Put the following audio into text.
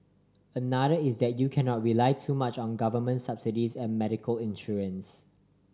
another is that you cannot rely too much on government subsidies and medical insurance